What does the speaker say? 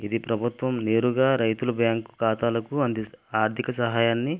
ఇది ప్రభుత్వం నేరుగా రైతుల బ్యాంకు ఖాతాలకు అందిస్తూ ఆర్థిక సహాయాన్ని